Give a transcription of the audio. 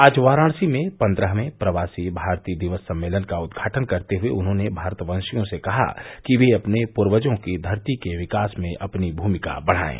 आज वाराणसी में पन्द्रहवें प्रवासी भारतीय दिवस सम्मेलन का उद्घाटन करते हुए उन्होंने भारतवंशियों से कहा कि वे अपने पूर्वजों की धरती के विकास में अपनी भूमिका बढ़ायें